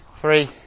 Three